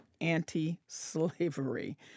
anti-slavery